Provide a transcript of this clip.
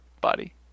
body